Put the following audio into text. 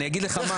אני אגיד לך,